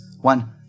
one